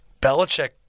Belichick